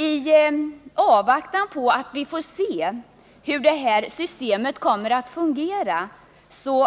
I avvaktan på erfarenhet av hur det här systemet kommer att fungera